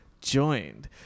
joined